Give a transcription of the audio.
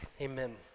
Amen